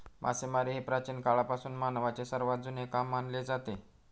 मासेमारी हे प्राचीन काळापासून मानवाचे सर्वात जुने काम मानले जाते